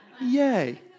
Yay